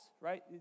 right